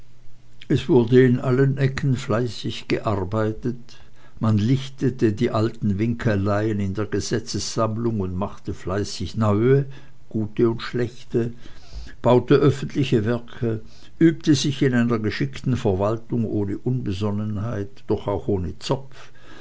es wurde in allen ecken fleißig gearbeitet man lichtete die alten winkeleien in der gesetzsammlung und machte fleißig neue gute und schlechte bauete öffentliche werke übte sich in einer geschickten verwaltung ohne unbesonnenheit doch auch ohne zopf